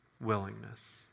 willingness